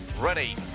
ready